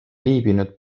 viibinud